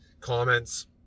comments